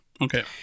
Okay